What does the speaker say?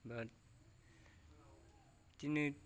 दिनो